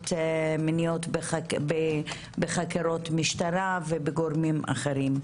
מיניות בחקירות משטרה ובגורמים אחרים.